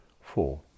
Four